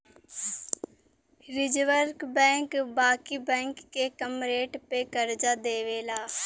reserve bank बाकी bank के कम रेट पे करजा देवेला